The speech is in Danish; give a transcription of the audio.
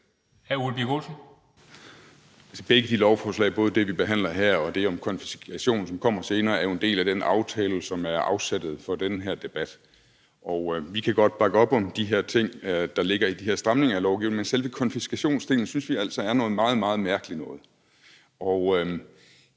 Birk Olesen (LA): Begge de lovforslag, både det, vi behandler her, og det om konfiskation, som kommer senere, er jo en del af den aftale, som er afsættet for den her debat. Vi kan godt bakke op om de ting, der ligger i de her stramninger af lovgivningen, men selve konfiskationsdelen synes vi altså er noget meget, meget mærkeligt noget. Nu